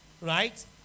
right